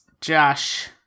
Josh